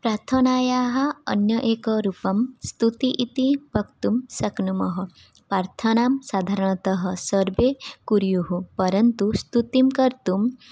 प्रार्थनायाः अन्यत् एकरूपं स्तुतिः इति वक्तुं शक्नुमः पार्थनां साधारणतः सर्वे कुर्युः परन्तु स्तुतिं कर्तुं